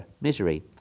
misery